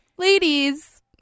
Ladies